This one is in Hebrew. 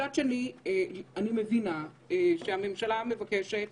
מכיוון שאני מבינה שהממשלה מבקשת